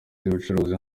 y’ubucuruzi